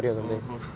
or hor